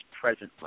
presently